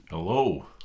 Hello